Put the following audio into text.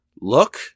look